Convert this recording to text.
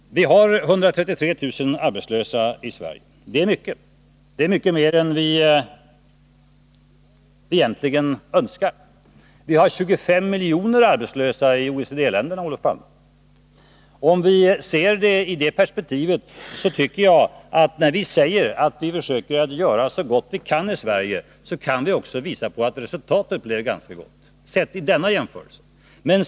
Vi har 133 000 arbetslösa. Det är mycket. Det är mycket mer än vad vi önskar. Det finns 25 miljoner arbetslösa i OECD-länderna, Olof Palme, och om vi ser arbetslösheten i det perspektivet, tycker jag att när vi säger att vi försöker göra så gott vi kan i Sverige, så kan vi också visa på att resultatet blivit ganska gott, i en internationell jämförelse.